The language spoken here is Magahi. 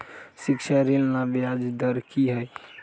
शिक्षा ऋण ला ब्याज दर कि हई?